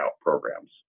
programs